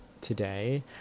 today